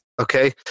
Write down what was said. Okay